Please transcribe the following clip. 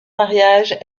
mariage